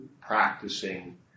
practicing